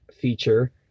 feature